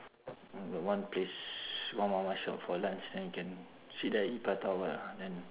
mm got one place one mama shop for lunch then we can sit there eat prata or what ah then